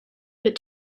but